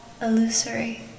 illusory